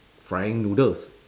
frying noodles